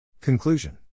Conclusion